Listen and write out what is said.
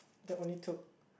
that only took